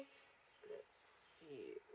let's see